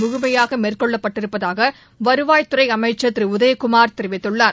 முழுமையாகமேற்கொள்ளப்பட்டிருப்பதாகவருவாய் துறைஅமைச்சர் திருஉதயகுமார் தெரிவித்துள்ளார்